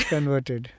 Converted